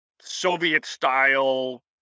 Soviet-style